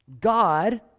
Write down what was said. God